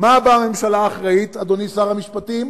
מה באה ועושה ממשלה אחראית, אדוני שר המשפטים?